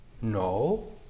No